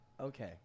Okay